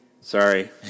Sorry